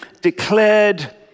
declared